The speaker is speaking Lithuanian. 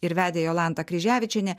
ir vedė jolanta kryževičienė